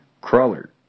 Crawler